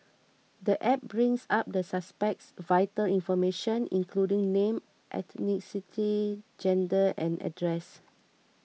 the app brings up the suspect's vital information including name ethnicity gender and address